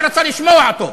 לא רצה לשמוע אותו.